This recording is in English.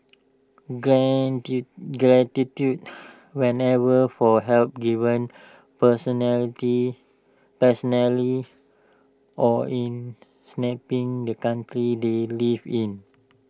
gratitude whether for help given personality personally or in the country they live in